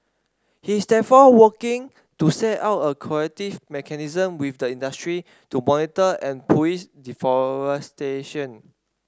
he is therefore working to set up a collective mechanism with the industry to monitor and police deforestation